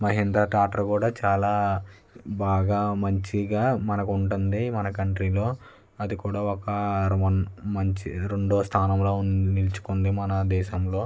Mahindra tractor కూడా చాలా బాగా మంచిగా మనకి ఉంటుంది మన కంట్రీలో అది కూడా ఒక మంచి రెండవ స్థానంలో నిలుచుకుంది మన దేశంలో